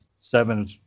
seven